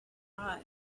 five